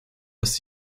dass